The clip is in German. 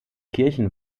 kirchen